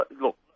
Look